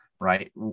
right